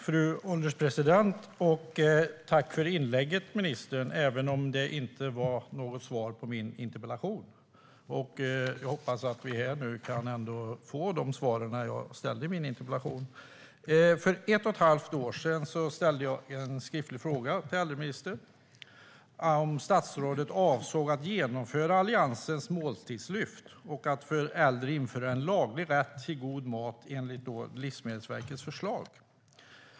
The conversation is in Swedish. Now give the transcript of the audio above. Fru ålderspresident! Tack för inlägget, ministern, även om det inte var något svar på min interpellation. Jag hoppas ändå att vi här kan få svar på de frågor jag ställde i min interpellation. För ett och ett halvt år sedan ställde jag en skriftlig fråga till äldreministern om hon avsåg att genomföra Alliansens måltidslyft och för äldre införa en laglig rätt till god mat enligt Livsmedelsverkets förslag.